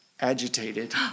agitated